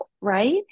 right